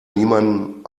niemandem